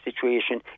situation